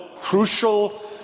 crucial